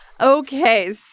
Okay